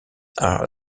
are